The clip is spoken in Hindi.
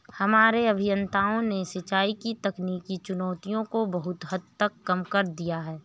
हमारे अभियंताओं ने सिंचाई की तकनीकी चुनौतियों को बहुत हद तक कम कर दिया है